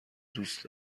دوست